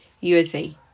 USA